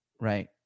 Right